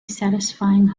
satisfying